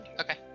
Okay